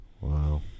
Wow